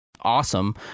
awesome